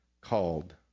called